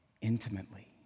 intimately